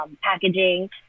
packaging